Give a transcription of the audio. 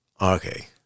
okay